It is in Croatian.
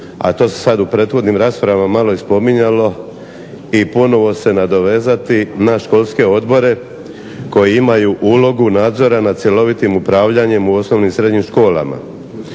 a to se sada u prethodnim raspravama malo i spominjalo i ponovno se nadovezati na školske odbore koji imaju ulogu nadzora na cjelovitim upravljanjem u osnovnim i srednjim školama.